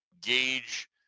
gauge